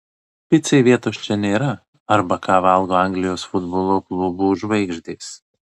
picai vietos čia nėra arba ką valgo anglijos futbolo klubų žvaigždės